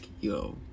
yo